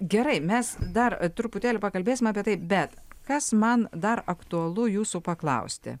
gerai mes dar truputėlį pakalbėsim apie tai bet kas man dar aktualu jūsų paklausti